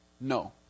No